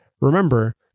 remember